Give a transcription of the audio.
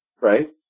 right